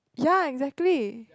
ya exactly